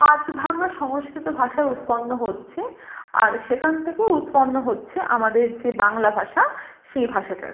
আধভাঙা সংস্কৃত ভাষার উৎপন্ন হচ্ছে আর সেখান থেকে উৎপন্ন হচ্ছে আমাদের যে বাংলা ভাষা সেই ভাষাটার